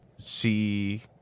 See